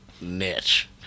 niche